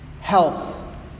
health